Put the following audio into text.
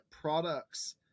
products